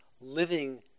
living